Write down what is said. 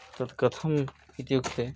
तत् कथम् इत्युक्ते